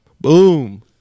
Boom